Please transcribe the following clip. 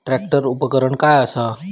Tractor उपकरण काय असा?